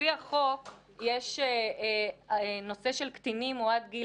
לפי החוק יש נושא של קטינים וזה עד גיל